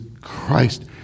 Christ